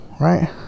right